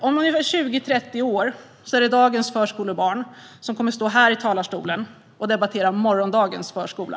Om 20-30 år är det dagens förskolebarn som kommer att stå här i talarstolen och debattera morgondagens förskola.